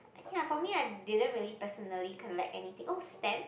ya for me I didn't really personally collect anything oh stamp